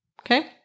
Okay